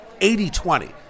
80-20